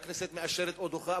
והכנסת מאשרת או דוחה,